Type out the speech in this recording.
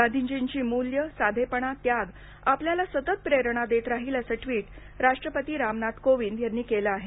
गांधीजींची मूल्यं साधेपणा त्याग आपल्याला सतत प्रेरणा देत राहील असं ट्वीट राष्ट्रपती रामनाथ कोविन्द यांनी केलं आहे